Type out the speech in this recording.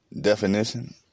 definition